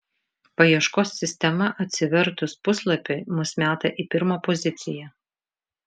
paieškos sistema atsivertus puslapiui mus meta į pirmą poziciją